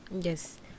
Yes